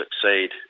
succeed